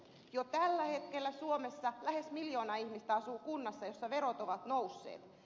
jo tällä hetkellä suomessa lähes miljoona ihmistä asuu kunnissa joissa verot ovat nousseet